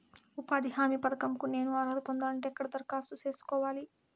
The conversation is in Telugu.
ఉపాధి హామీ పథకం కు నేను అర్హత పొందాలంటే ఎక్కడ దరఖాస్తు సేసుకోవాలి?